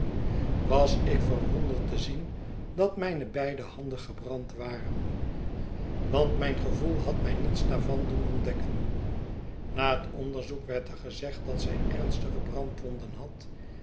was ik verwonderd te zien dat mijne beide handen gebrand waren want mijn gevoel had mij niets daarvan doen ontdekken na het onderzoek werd er gezegd dat zij ernstige brandwonden had